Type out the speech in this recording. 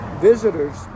visitors